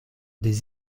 des